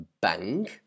bang